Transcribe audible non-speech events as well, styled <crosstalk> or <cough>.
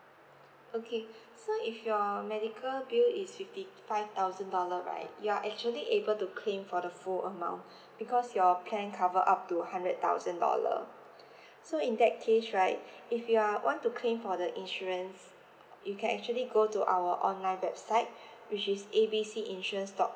okay so if your um medical bill is fifty five thousand dollar right you are actually able to claim for the full amount <breath> because your plan cover up to hundred thousand dollar <breath> so in that case right if you're want to claim for the insurance you can actually go to our online website <breath> which is A B C insurance dot